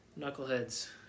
knuckleheads